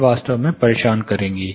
यह वास्तव में परेशान करेगा